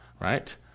Right